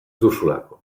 duzulako